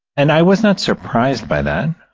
and i was not surprised by that.